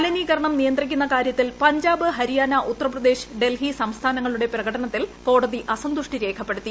മലിനീകരണം നിയന്ത്രിക്കുന്ന കാര്യത്തിൽ പഞ്ചാബ് ഹരിയാന ് ഉത്തർപ്രദേശ് ഡൽഹി സംസ്ഥാനങ്ങളുടെ പ്രകടനത്തിൽ കോടതി അസന്തുഷ്ടി രേഖപ്പെടുത്തി